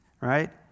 right